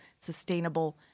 Sustainable